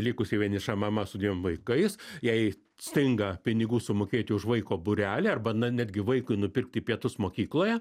likusi vieniša mama su dviem vaikais jai stinga pinigų sumokėti už vaiko būrelį arba na netgi vaikui nupirkti pietus mokykloje